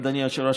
אדוני היושב-ראש,